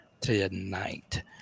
tonight